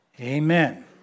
Amen